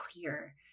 clear